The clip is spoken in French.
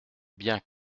bien